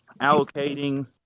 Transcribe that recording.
allocating